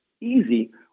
easy